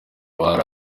bari